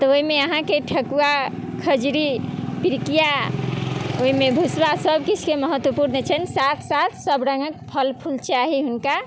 तऽ ओहिमे अहाँके ठकुआ खुजरी पिरुकिया ओहिमे भुसुआ सभ किछुके महत्वपूर्ण छन्हि साथ साथ सभ रङ्गक फल फूल चाही हुनका